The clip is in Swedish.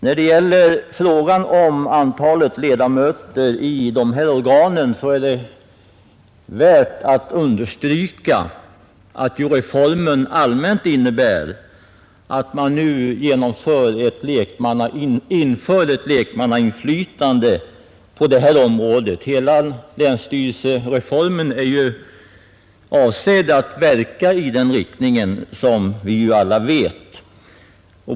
När det gäller frågan om antalet ledamöter i dessa organ är det värt att understryka att reformen ju allmänt innebär att man nu inför ett lekmannainflytande på detta område. Hela länsstyrelsereformen är avsedd att verka i den riktningen som vi ju alla vet.